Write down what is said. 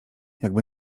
jakby